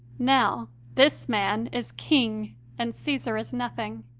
now this man is king and caesar is nothing.